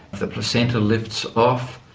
the placenta lifts off,